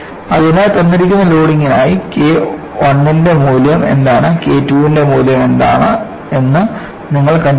അതിനാൽ തന്നിരിക്കുന്ന ലോഡിംഗിനായി K I ന്റെ മൂല്യം എന്താണ് K II ന്റെ മൂല്യം എന്താണ് എന്ന് നിങ്ങൾ കണ്ടെത്തുന്നു